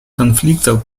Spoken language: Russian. конфликтов